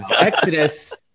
Exodus